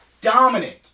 dominant